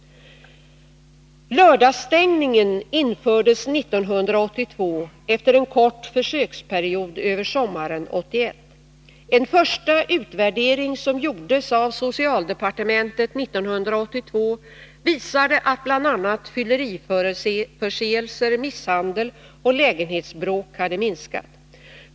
Lördagsstängningen infördes 1982 efter en kort försöksperiod under sommaren 1981. En första utvärdering som gjordes av socialdepartementet 1982 visade att bl.a. fylleriförseelser, misshandel och lägenhetsbråk hade minskat.